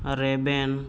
ᱨᱮᱵᱮᱱ